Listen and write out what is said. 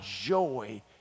joy